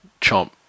chomp